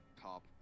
top